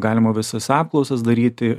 galima visas apklausas daryti